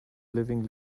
living